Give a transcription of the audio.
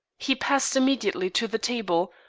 he passed immediately to the table,